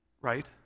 right